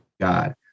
God